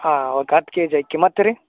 ಹಾಂ ಓಕೆ ಹತ್ತು ಕೆಜಿ ಅಕ್ಕಿ ಮತ್ತು ರೀ